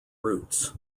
roots